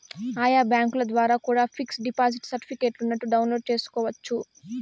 ఆయా బ్యాంకుల ద్వారా కూడా పిక్స్ డిపాజిట్ సర్టిఫికెట్ను డౌన్లోడ్ చేసుకోవచ్చు